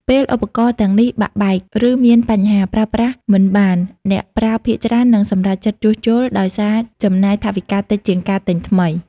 ពេលឧបករណ៍ទាំងនេះបាក់បែក ឬមានបញ្ហា ប្រើប្រាស់មិនបាន អ្នកប្រើភាគច្រើននឹងសម្រេចចិត្តជួសជុល ដោយសារចំណាយថវិកាតិចជាងការទិញថ្មី។